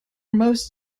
most